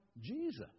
Jesus